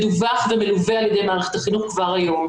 מדווח ומלווה על ידי מערכת החינוך כבר היום.